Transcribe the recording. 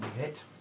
hit